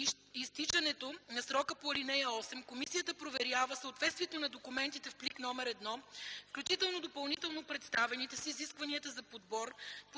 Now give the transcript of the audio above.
изтичането на срока по ал. 8 комисията проверява съответствието на документите в плик № 1, включително допълнително представените, с изискванията за подбор,